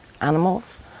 animals